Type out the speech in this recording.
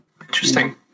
Interesting